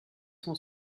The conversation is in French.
son